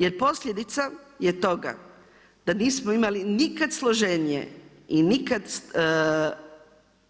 Jer posljedica je toga da nismo imali nikad složenije i nikad